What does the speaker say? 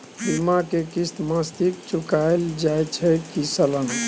बीमा के किस्त मासिक चुकायल जाए छै की सालाना?